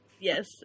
Yes